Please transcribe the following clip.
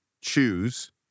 choose